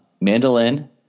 mandolin